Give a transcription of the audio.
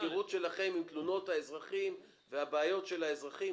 מהיכרות שלכם עם תלונות האזרחים והבעיות של האזרחים,